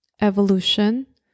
evolution